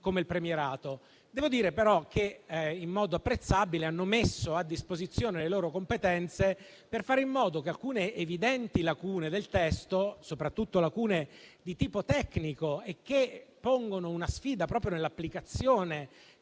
Devo dire che, in modo apprezzabile, hanno messo a disposizione le loro competenze per fare in modo che alcune evidenti lacune del testo, soprattutto lacune di tipo tecnico, che pongono una sfida nell'applicazione